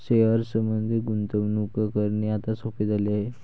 शेअर्समध्ये गुंतवणूक करणे आता सोपे झाले आहे